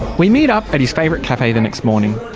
we meet up at his favourite cafe the next morning.